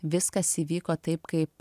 viskas įvyko taip kaip